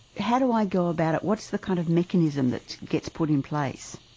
how do i go about it? what's the kind of mechanism that gets put in place?